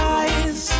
eyes